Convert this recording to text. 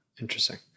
Interesting